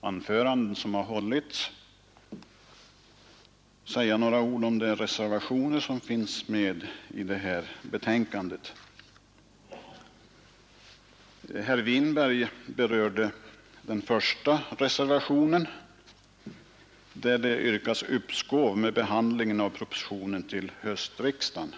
anföranden som hållits säga några ord om reservationerna vid det här betänkandet. Herr Winberg talade om den första reservationen, där det yrkas uppskov med behandlingen av propositionen till höstriksdagen.